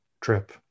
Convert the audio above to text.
trip